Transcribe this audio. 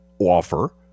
offer